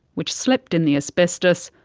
which slept in the asbestos,